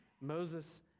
Moses